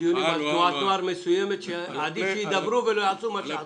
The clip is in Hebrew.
היו פה דיונים על תנועת נוער מסוימת שעדיף שידברו ולא יעשו מה שהם עשו.